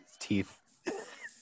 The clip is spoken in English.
Teeth